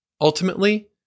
Ultimately